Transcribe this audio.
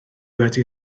wedi